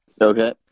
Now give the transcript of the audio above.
Okay